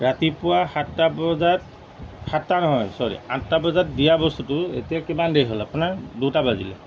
ৰাতিপুৱা সাতটা বজাত সাতটা নহয় চৰি আঠটা বজাত দিয়া বস্তুটো এতিয়া কিমান দেৰি হ'ল আপোনাৰ দুটা বাজিলে